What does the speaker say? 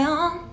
on